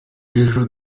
ejo